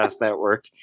Network